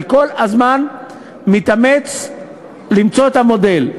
אני כל הזמן מתאמץ למצוא את המודל.